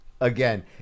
Again